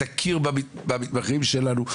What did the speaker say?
תכיר במתמחים שלנו,